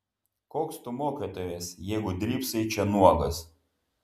koks tu mokytojas jeigu drybsai čia nuogas